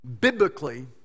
biblically